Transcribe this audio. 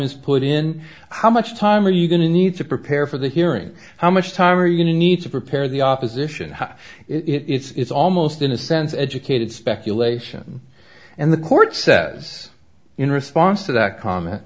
is put in how much time are you going to need to prepare for the hearing how much time are you going to need to prepare the opposition how it's almost in a sense educated speculation and the court says in response to that comment